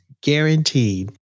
guaranteed